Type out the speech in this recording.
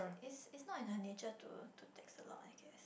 is is not in her nature to text a lot I guess